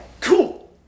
cool